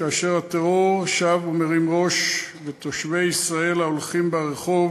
כאשר הטרור שב ומרים ראש ותושבי ישראל ההולכים ברחוב